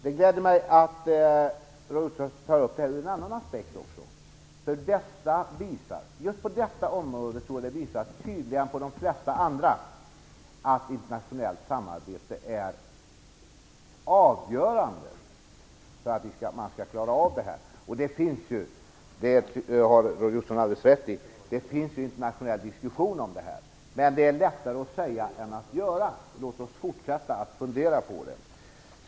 Det gläder mig att Roy Ottosson tar upp detta också ur en annan aspekt. Just på detta område - tydligare än på många andra områden - är internationellt samarbete tydligare än på många andra områden avgörande för att man skall klara av problemen. Roy Ottosson har alldeles rätt i att det finns en internationell diskussion. Men det är lättare att säga än att göra, så låt oss fortsätta att fundera på det.